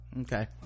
okay